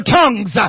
tongues